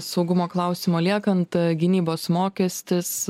saugumo klausimo liekant gynybos mokestis